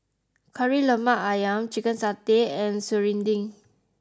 Kari Lemak Ayam Chicken Satay and Serunding